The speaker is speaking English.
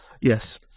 Yes